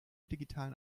digitalen